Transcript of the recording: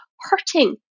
hurting